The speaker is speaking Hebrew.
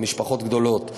למשפחות גדולות,